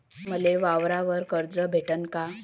मले वावरावर कर्ज भेटन का?